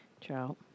child